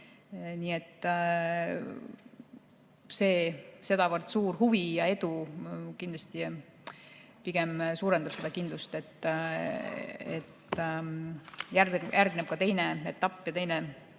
Greeni. Sedavõrd suur huvi ja edu kindlasti pigem suurendab seda kindlust, et järgneb ka teine etapp ja teine